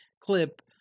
clip